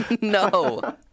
No